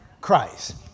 Christ